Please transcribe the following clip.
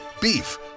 Beef